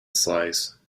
slice